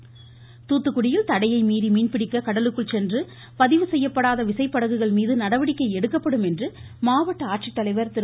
சந்தீப் நந்தூரி தூத்துக்குடியில் தடையை மீறி மீன்பிடிக்க கடலுக்குள் சென்றுள்ள பதிவு செய்யப்படாத விசைப்படகுகள் மீது நடவடிக்கை எடுக்கப்படும் என்று மாவட்ட ஆட்சித்தலைவா் திரு